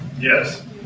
Yes